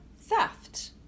theft